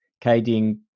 KD